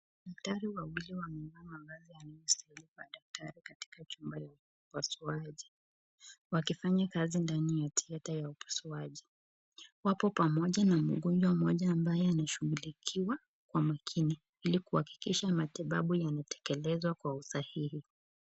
Daktari wawili wamevaa mavazi ya daktari katika jumba ya upasuaji wakifanya kazi ndani ya theatre ya upasuaji. Wapo pamoja na mgonjwa mmoja ambaye anashughulikiwa kwa makini ili kuhakikisha matibabu yanatekelezwa kwa usahihi.